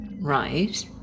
Right